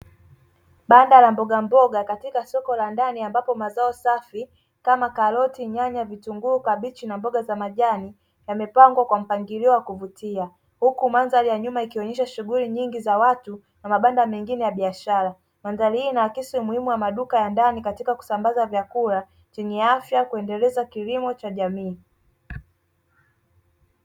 Banda la mboga mboga katika soko la ndani ambapo safi kama karoti, nyanya, vitunguu, kabichi na mboga za majani yamepangwa kwa mpangilio wa kuvutia, huku mandhari ya nyuma ikionyesha shughuli nyingi za watu na mabanda mengine ya biashara. Mandhari hii ina akisi muhimu wa maduka ya ndani katika kusambaza vyakula vyenye afya na kuendeleza kilimo cha jamii.